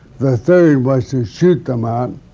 the third was to shoot them out,